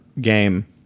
game